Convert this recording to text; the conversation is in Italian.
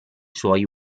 suoi